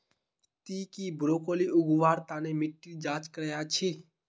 ती की ब्रोकली उगव्वार तन मिट्टीर जांच करया छि?